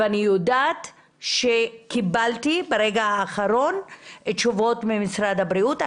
אני יודעת שקיבלתי ברגע האחרון תשובות ממשרד הבריאות.